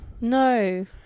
No